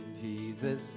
Jesus